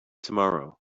tomorrow